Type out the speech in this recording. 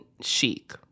chic